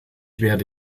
werde